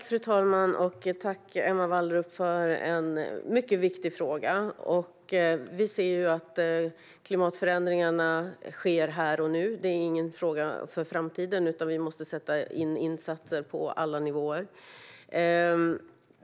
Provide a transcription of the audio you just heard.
Fru talman! Jag tackar Emma Wallrup för en mycket viktig fråga. Vi ser att klimatförändringarna sker här och nu. Det är ingen fråga för framtiden, utan vi måste sätta in insatser på alla nivåer.